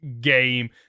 game